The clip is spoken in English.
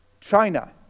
China